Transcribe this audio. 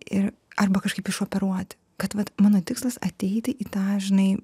ir arba kažkaip išoperuoti kad vat mano tikslas ateiti į tą žinai